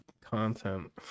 Content